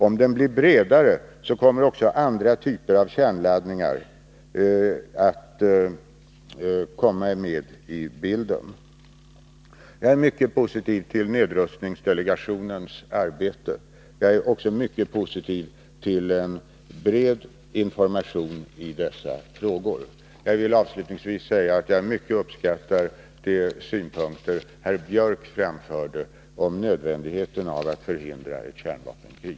Om den blir bredare kommer också andra typer av kärnladdningar med i bilden. Jag är mycket positiv till nedrustningsdelegationens arbete. Jag är också mycket positiv till en bred information i dessa frågor. Jag vill avslutningsvis säga att jag mycket uppskattar de synpunkter som herr Gunnar Biörck i Värmdö framförde när han talade om nödvändigheten av att förhindra ett kärnvapenkrig.